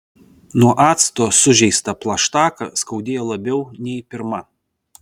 nuo acto sužeistą plaštaką skaudėjo labiau nei pirma